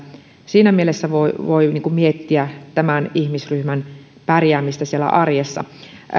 siinä mielessä voi voi miettiä tämän ihmisryhmän pärjäämistä siellä arjessa